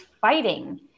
fighting